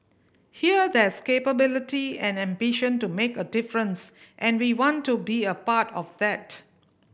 here there's capability and ambition to make a difference and we want to be a part of that